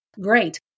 great